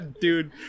Dude